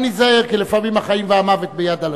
גם ניזהר, כי לפעמים החיים והמוות ביד הלשון.